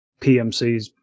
PMCs